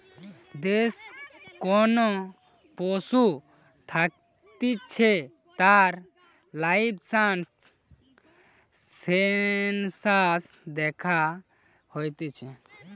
দেশে কোন পশু থাকতিছে তার লাইভস্টক সেনসাস দ্যাখা হতিছে